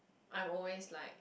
I'm always like